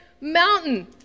mountain